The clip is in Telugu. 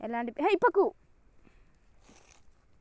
ఎలాంటి బీమా నా వ్యవసాయానికి తోడుగా ఉంటుంది?